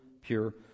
pure